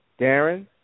Darren